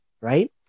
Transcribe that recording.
right